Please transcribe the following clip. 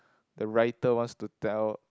the writer wants to tell